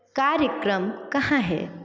कार्यक्रम कहाँ है